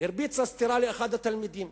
סטירה לאחד התלמידים,